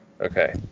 Okay